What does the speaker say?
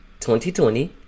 2020